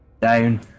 down